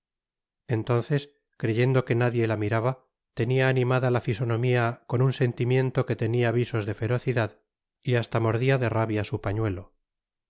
entonces creyendo que nadie la miraba tenia animada la fisonomia con un sentimiento que tenia visos de ferocidad y basta mordia de rabia su pañuelo